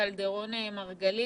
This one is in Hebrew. קלדרון-מרגלית.